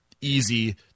easy